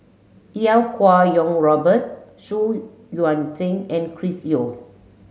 Iau Kuo Kwong Robert Xu Yuan Zhen and Chris Yeo